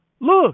Look